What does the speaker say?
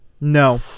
No